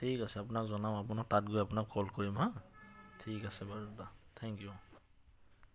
ঠিক আছে আপোনাক জনাম আপোনাক তাত গৈ আপোনাক কল কৰিম হা ঠিক আছে বাৰু দাদা থেংক ইউ